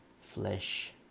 flesh